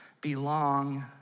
belong